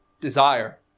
desire